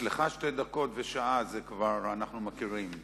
אצלך שתי דקות ושעה, אנחנו כבר מכירים.